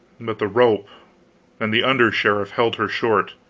but the rope and the under-sheriff held her short.